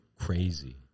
crazy